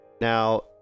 now